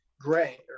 gray